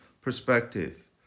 perspective